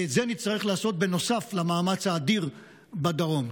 ואת זה נצטרך לעשות בנוסף למאמץ האדיר בדרום.